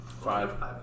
five